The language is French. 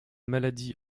maladies